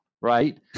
right